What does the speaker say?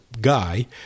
guy